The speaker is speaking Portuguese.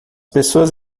pessoas